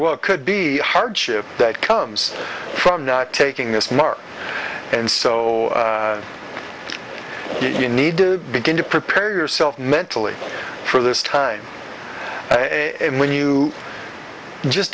well could be hardship that comes from not taking this mark and so you need to begin to prepare yourself mentally for this time and when you just